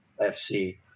FC